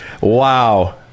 Wow